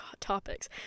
topics